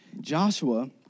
Joshua